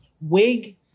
wig